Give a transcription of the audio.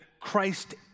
Christ